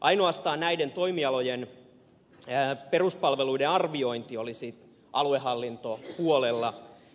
ainoastaan näiden toimialojen peruspalveluiden arviointi olisi aluehallintopuolella